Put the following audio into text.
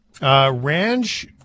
ranch